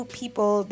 people